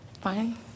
Fine